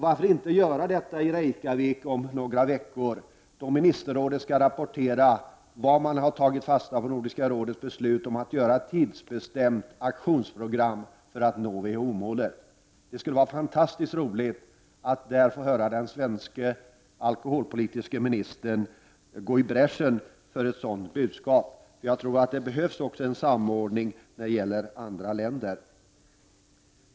Varför inte göra detta i Reykjavik om några veckor, då Nordiska ministerrådet skall rapportera i vilken mån man har tagit fasta på Nordiska rådets beslut att upprätta ett tidsbestämt aktionsprogram för att nå WHO-målet? Det skulle vara fantastiskt roligt att där få höra den svenske ”alkoholpolitiske” ministern gå i bräschen för ett sådant budskap. Jag tror att det behövs en samordning med andra länder.